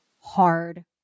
hard